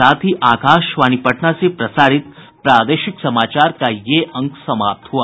इसके साथ ही आकाशवाणी पटना से प्रसारित प्रादेशिक समाचार का ये अंक समाप्त हुआ